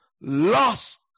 lost